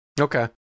Okay